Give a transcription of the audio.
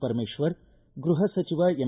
ಪರಮೇಶ್ವರ್ ಗೃಹ ಸಚಿವ ಎಂ